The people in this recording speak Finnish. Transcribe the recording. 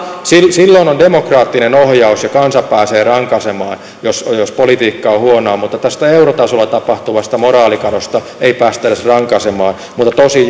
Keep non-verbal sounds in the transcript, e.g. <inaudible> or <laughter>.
silloin on demokraattinen ohjaus ja kansa pääsee rankaisemaan jos politiikka on huonoa mutta tästä eurotasolla tapahtuvasta moraalikadosta ei päästä edes rankaisemaan mutta tosin <unintelligible>